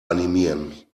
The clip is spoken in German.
animieren